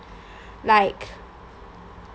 like